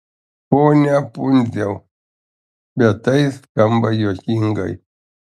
pone pundziau bet tai skamba juokingai